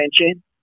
attention